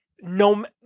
no